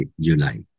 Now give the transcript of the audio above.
July